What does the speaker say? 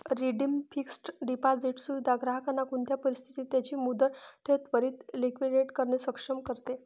redeemed fixed deposit सुविधा ग्राहकांना कोणते परिस्थितीत त्यांची मुदत ठेव त्वरीत लिक्विडेट करणे सक्षम करते